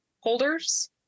holders